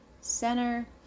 center